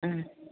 ആ